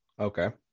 Okay